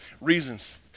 reasons